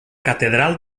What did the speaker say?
catedral